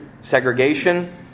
segregation